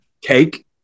Cake